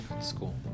school